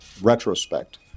retrospect